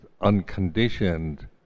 unconditioned